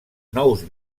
nous